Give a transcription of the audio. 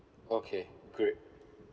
okay great